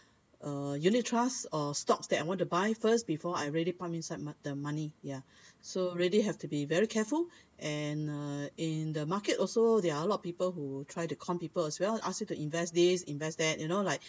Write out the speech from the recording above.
uh unit trusts or stocks that I want to buy first before I really pump inside mo~ the money ya so really have to be very careful and uh in the market also there are a lot of people who try to con people as well ask you to invest this invest that you know like